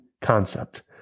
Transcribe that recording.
concept